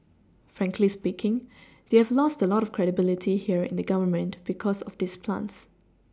Frankly speaking they have lost a lot of credibility here in the Government because of these plants